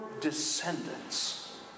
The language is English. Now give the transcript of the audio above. descendants